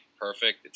perfect